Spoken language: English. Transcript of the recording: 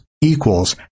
equals